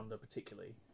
particularly